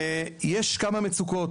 ויש כמה מצוקות.